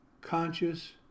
conscious